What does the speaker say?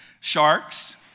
sharks